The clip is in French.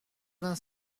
vingt